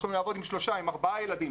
לעבוד עם שלושה-ארבעה ילדים,